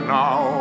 now